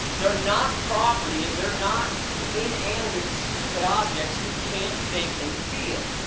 they are not property! and they are not and inanimate, stupid objects, who can't think and feel!